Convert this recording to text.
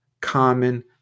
common